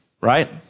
right